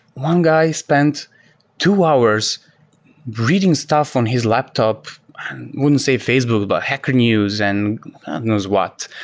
one guy spends two hours reading stuff on his laptop and wouldn't say facebook, about hacker news and knows what.